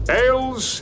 ales